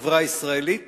בחברה הישראלית